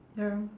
ya